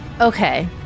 Okay